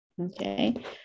Okay